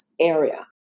area